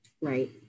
Right